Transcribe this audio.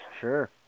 Sure